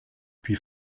puis